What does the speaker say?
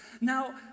now